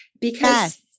because-